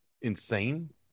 insane